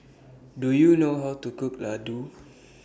Do YOU know How to Cook Laddu